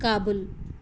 Kabul